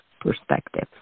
perspective